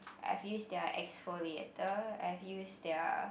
I have used their exfoliator I have their